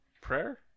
Prayer